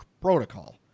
protocol